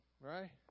right